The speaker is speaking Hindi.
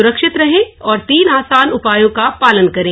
सुरक्षित रहें और तीन आसान उपायों का पालन करें